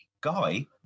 Guy